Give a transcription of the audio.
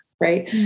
right